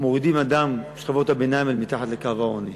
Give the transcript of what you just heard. מורידים אדם משכבות הביניים אל מתחת לקו העוני.